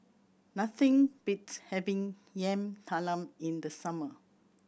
nothing beats having Yam Talam in the summer